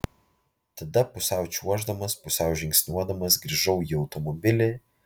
tada pusiau čiuoždamas pusiau žingsniuodamas grįžau į automobilį